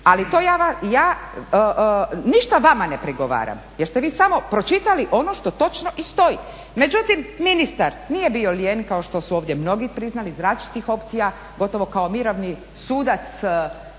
Ali to ja ništa vama ne prigovaram jer ste vi samo pročitali ono što točno i stoji. Međutim, ministar nije bio lijen kao što su ovdje mnogi priznali iz različitih opcija, gotovo kao mirovni sudac